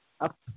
up